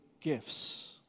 gifts